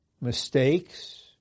mistakes